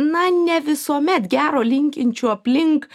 na ne visuomet gero linkinčių aplink